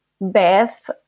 Beth